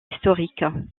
historiques